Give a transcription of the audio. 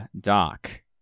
Doc